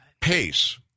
pace